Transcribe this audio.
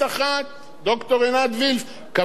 כבוד גדול, תאמיני לי.